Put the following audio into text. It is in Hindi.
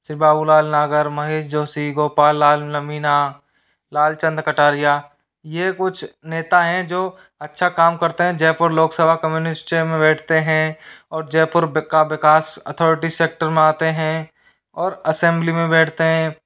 शिव बाबूलाल नागर महेश जोशी गोपाल लाल मीना लालचंद कटारिया यह कुछ नेता हैं जो अच्छा काम करते हैं जयपुर लोकसभा कम्युनिस्ट में बैठते हैं और जयपुर का बिकाश अथॉरिटी सेक्टर में आते हैं और असेंबली में बैठते हैं